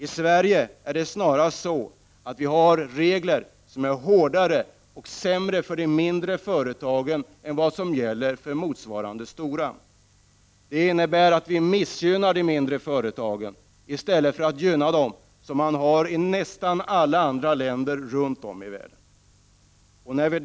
I Sverige är reglerna för de mindre företagen sämre än för de stora företagen. Det innebär att vi missgynnar de mindre företagen i stället för att gynna dem, något som man gör i de flesta andra länder runt om i världen.